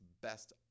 best